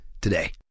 today